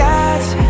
God's